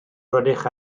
rydych